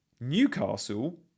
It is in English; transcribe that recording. Newcastle